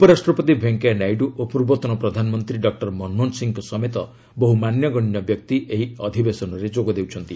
ଉପରାଷ୍ଟ୍ରପତି ଭେଙ୍କିୟାନାଇଡୁ ଓ ପୂର୍ବତନ ପ୍ରଧାନମନ୍ତ୍ରୀ ଡକ୍କର ମନମୋହନ ସିଂଙ୍କ ସମେତ ବହୁ ମାନ୍ୟଗଣ୍ୟ ବ୍ୟକ୍ତି ଏହି ଅଧିବେଶନରେ ଯୋଗ ଦେଉଛନ୍ତି